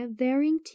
varying